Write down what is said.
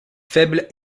faible